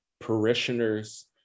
parishioners